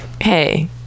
hey